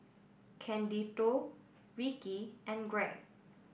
Candido Rickie and Greg